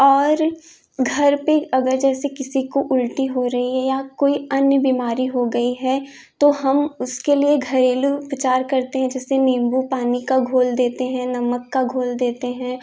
और घर पे अगर जैसे किसी को उल्टी हो रही है या कोई अन्य बीमारी हो गई है तो हम उसके लिए घरेलू उपचार करते हैं जैसे नींबू पानी का घोल देते हैं नमक को घोल देते हैं